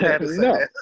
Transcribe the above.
No